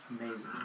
Amazing